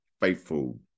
faithful